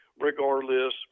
regardless